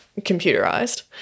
computerized